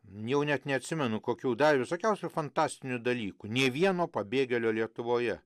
jau net neatsimenu kokių dar visokiausių fantastinių dalykų nė vieno pabėgėlio lietuvoje